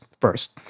first